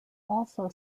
also